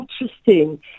interesting